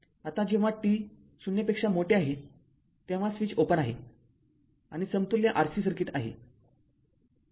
आता जेव्हा t ० आहे तेव्हा स्विच ओपन आहे आणि समतुल्य rc सर्किट आहे